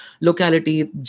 locality